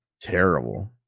terrible